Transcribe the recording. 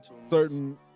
certain